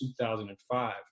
2005